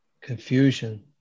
confusion